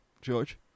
George